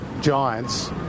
giants